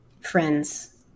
friends